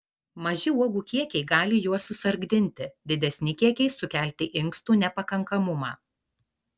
maži uogų kiekiai gali juos susargdinti didesni kiekiai sukelti inkstų nepakankamumą